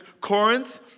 Corinth